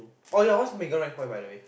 oh ya what's Megan rank point by the way